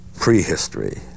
prehistory